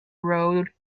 road